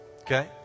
okay